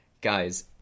guys